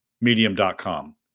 medium.com